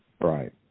Right